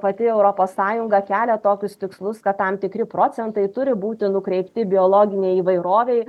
pati europos sąjunga kelia tokius tikslus kad tam tikri procentai turi būti nukreipti biologinei įvairovei